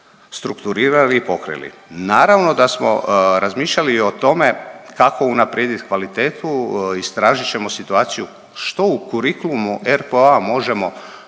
strukturirali i pokrili. Naravno da smo razmišljali i o tome kako unaprijediti kvalitetu. Istražit ćemo situaciju što u kurikulumu RPOO-a možemo